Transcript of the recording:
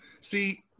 See